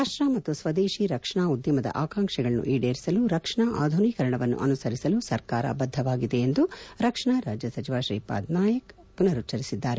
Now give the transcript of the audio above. ರಾಷ್ಟ್ರ ಮತ್ತು ಸ್ವದೇಶಿ ರಕ್ಷಣಾ ಉದ್ಯಮದ ಆಕಾಂಕ್ಷೆಗಳನ್ನು ಈಡೇರಿಸಲು ರಕ್ಷಣಾ ಆಧುನೀಕರಣವನ್ನು ಅನುಸರಿಸಲು ಸರ್ಕಾರ ಬದ್ಗವಾಗಿದೆ ಎಂದು ರಕ್ಷಣಾ ರಾಜ್ಯ ಸಚಿವ ಶ್ರೀಪಾದ್ ನಾಯಕ್ ಪುನರುಚ್ಚರಿಸಿದ್ದಾರೆ